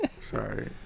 Sorry